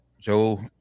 Joe